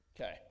Okay